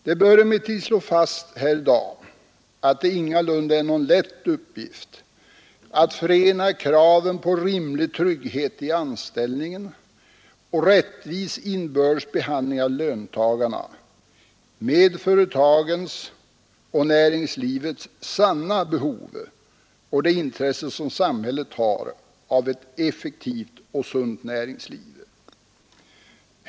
Det bör emellertid slås fast här i dag, att det ingalunda är någon lätt uppgift att förena kraven på rimlig trygghet i anställningen och rättvis inbördes behandling av löntagarna med företagens och näringslivets sanna behov och det intresse samhället har av ett effektivt och sunt näringsliv.